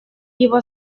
его